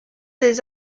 des